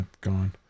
gone